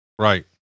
right